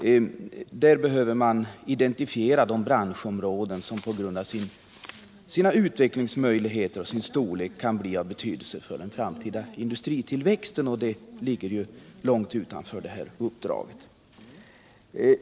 Därför behöver man identifiera de branschområden som på grund av sina utvecklingsmöjligheter och sin storlek kan bli av betydelse för den framtida industritillväxten, och det ligger långt utanför det här uppdraget.